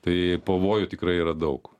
tai pavojų tikrai yra daug